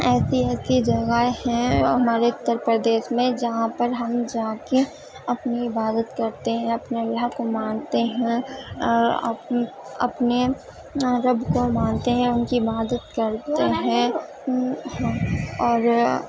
ایسی ایسی جگہیں ہیں ہمارے اتر پردیس میں جہاں پر ہم جا کے اپنی عبادت کرتے ہیں اپنے اللہ کو مانتے ہیں اور اپنے رب کو مانتے ہیں ان کی عبادت کرتے ہیں اور